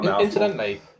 incidentally